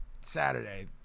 Saturday